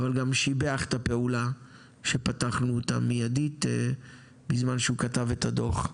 אבל גם שיבח את הפעולה שפתחנו אותם מיידית בזמן שהוא כתב את הדו"ח.